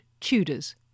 TUDORS